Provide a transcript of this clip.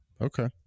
Okay